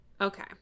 Okay